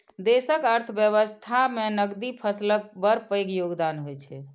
देशक अर्थव्यवस्था मे नकदी फसलक बड़ पैघ योगदान होइ छै